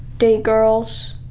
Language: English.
date girls,